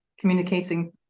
Communicating